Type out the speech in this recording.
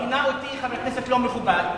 כינה אותי חבר כנסת לא-מכובד.